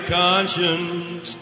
conscience